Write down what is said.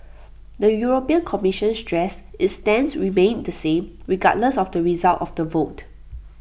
the european commission stressed its stance remained the same regardless of the result of the vote